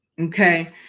Okay